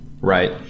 Right